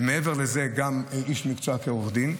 ומעבר לזה גם איש מקצוע כעורך דין.